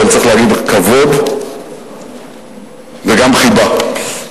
אבל צריך להגיד: כבוד וגם חיבה,